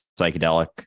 psychedelic